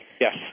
Yes